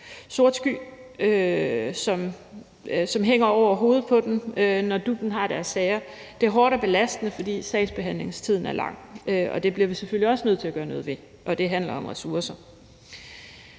sort sky, der hænger over hovedet på dem, når DUP'en har deres sager. Det er hårdt og belastende, fordi sagsbehandlingstiden er lang. Det bliver vi selvfølgelig også nødt til at gøre noget ved, og det handler om ressourcer.